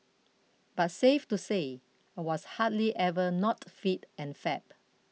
but safe to say I was hardly ever not fit and fab